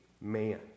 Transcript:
man